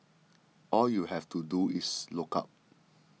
all you have to do is look up